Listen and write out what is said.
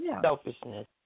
Selfishness